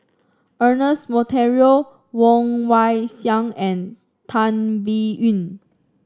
Ernest Monteiro Woon Wah Siang and Tan Biyun